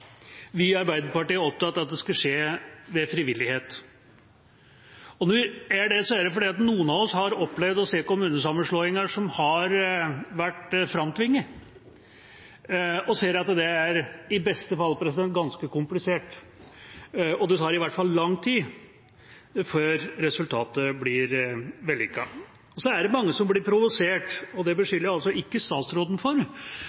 Vi i Arbeiderpartiet er opptatt av at det skal skje ved frivillighet. Det er fordi noen av oss har opplevd å se kommunesammenslåinger som har vært framtvunget, og vi ser at det er i beste fall ganske komplisert, og det tar i hvert fall lang tid før resultatet blir vellykket. Så er det mange som blir provosert – og det beskylder jeg altså ikke statsråden for